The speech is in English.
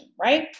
right